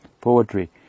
poetry